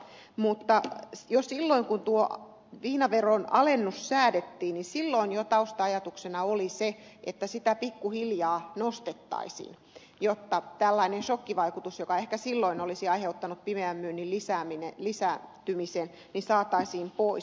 mutta jo silloin kun tuo viinaveron alennus säädettiin tausta ajatuksena oli se että sitä pikkuhiljaa nostettaisiin jotta tällainen sokkivaikutus joka ehkä silloin olisi aiheuttanut pimeän myynnin lisääntymisen saataisiin pois